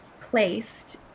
placed